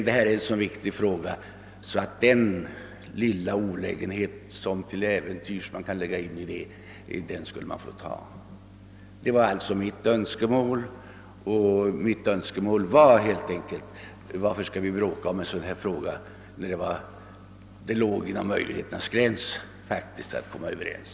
Detta är en så viktig fråga, att vi borde ha tagit den lilla olägenhet som detta kunde ha medfört. Jag ansåg att vi inte borde bråka om en så här viktig sak, när det låg inom möjligheternas gräns att komma överens.